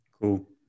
Cool